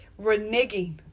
reneging